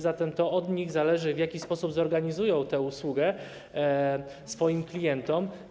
Zatem to od nich zależy, w jaki sposób zorganizują tę usługę swoim klientom.